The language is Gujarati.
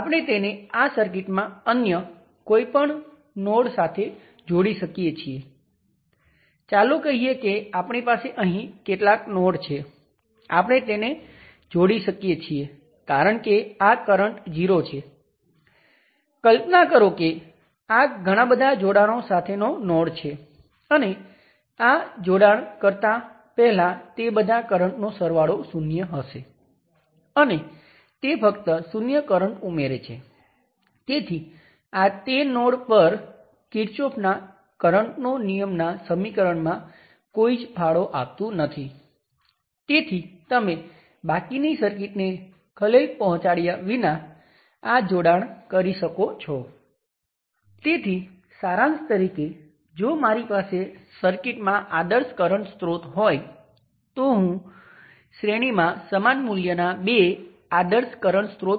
આપણે આ વખતે નિયંત્રિત સોર્સ આસપાસ KVL લાગુ કરીને આપણી પાસે 10 વોલ્ટ એ 1 કિલો Ω × Ix બરાબર છે જે રેઝિસ્ટર 1 કિલો Ω × Ix પર ડ્રોપ છે જે કરંટ નિયંત્રિત વોલ્ટેજ સોર્સ પર ડ્રોપ છે